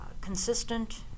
consistent